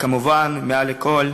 וכמובן מעל לכול,